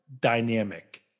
dynamic